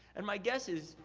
and my guess is,